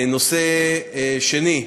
נושא שני,